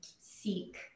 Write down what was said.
seek